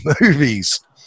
movies